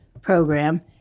program